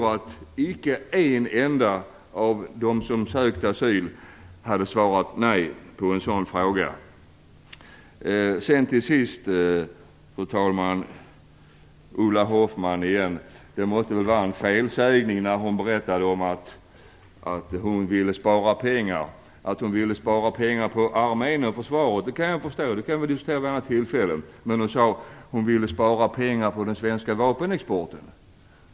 Jag tror inte att en enda av dem som sökt asyl hade svarat nej på en sådan fråga. Till sist, fru talman, vill jag återigen vända mig till Ulla Hoffmann. Hon måste ha gjort sig skyldig till en felsägning när hon berättade om att hon ville spara pengar. Att hon vill spara pengar på armén och försvaret i övrigt kan jag förstå, och det kan vi diskutera vid något annat tillfälle. Men hon sade också att hon ville spara pengar på den svenska vapenexporten.